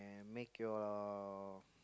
and make your